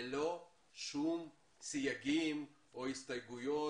ללא שום סייגים או הסתייגויות.